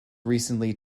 recently